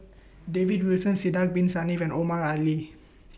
David Wilson Sidek Bin Saniff and Omar Ali